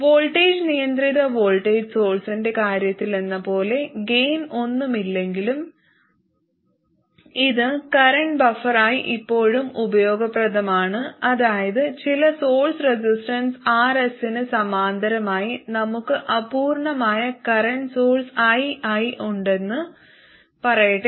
voltage നിയന്ത്രിത voltage സോഴ്സ്ന്റെ കാര്യത്തിലെന്നപോലെ ഗെയിൻ ഒന്നുമില്ലെങ്കിലും ഇത് കറന്റ് ബഫറായി ഇപ്പോഴും ഉപയോഗപ്രദമാണ് അതായത് ചില സോഴ്സ് റെസിസ്റ്റൻസ് RS ന് സമാന്തരമായി നമുക്ക് അപൂർണ്ണമായ കറന്റ് സോഴ്സ് ii ഉണ്ടെന്ന് പറയട്ടെ